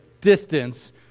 distance